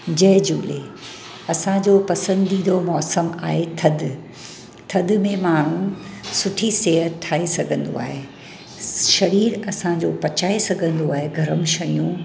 जय झूले असांजो पसंदीदो मौसमु आहे थदि थदि में माण्हूं सुठी सिहतु ठाहे सघंदो आहे शरीर असांजो पचाइ सघंदो आहे गरम शयूं